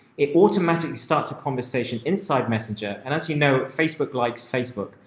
it automatically starts a conversation inside messenger. and as you know, facebook likes facebook,